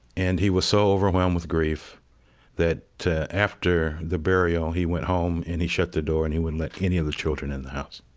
and he was so overwhelmed with grief that, after the burial, he went home, and he shut the door, and he wouldn't let any of the children in the house